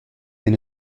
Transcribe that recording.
mais